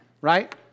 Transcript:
Right